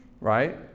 right